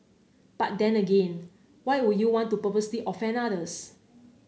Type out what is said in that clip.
but then again why would you want to purposely offend others